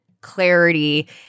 clarity